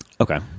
Okay